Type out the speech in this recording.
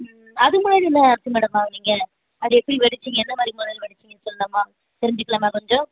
அது மாதிரி என்ன அரிசி மேடம் வாங்கினீங்க அதை எப்படி வடிச்சீங்க எந்த மாதிரி முறையில் வடிச்சீங்கன்னு சொல்லலாமா தெரிஞ்சுக்கலாமா கொஞ்சம்